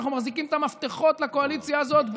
אנחנו מחזיקים את המפתחות לקואליציה הזאת.